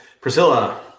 Priscilla